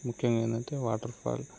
ముఖ్యంగా ఏంటంటే వాటర్ఫాల్